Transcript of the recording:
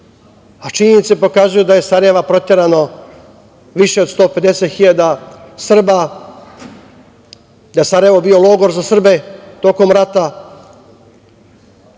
Sarajevu. Činjenice pokazuju da je iz Sarajeva proterano više od 150.000 Srba, da je Sarajevo bio logor za Srbe tokom rata,